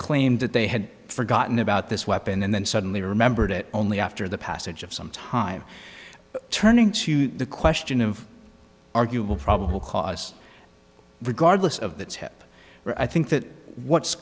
claimed that they had forgotten about this weapon and then suddenly remembered it only after the passage of some time turning to the question of arguable probable cause regardless of that's help i think that what's